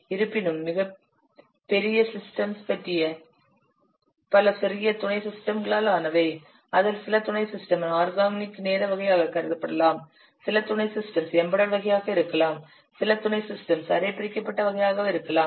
இருப்பினும் மிகப் பெரிய சிஸ்டம்ஸ் பல சிறிய துணை சிஸ்டம்ஸ்களால் ஆனவை அதில் சில துணை சிஸ்டம்ஸ் ஆர்கானிக் நேர வகையாகக் கருதப்படலாம் சில துணை சிஸ்டம்ஸ் எம்பெடெட் வகையாக இருக்கலாம் சில துணை சிஸ்டம்ஸ் அரை பிரிக்கப்பட்ட வகையாக இருக்கலாம்